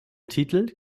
titel